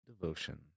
devotion